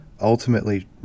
ultimately